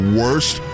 worst